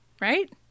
right